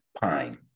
pine